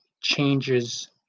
changes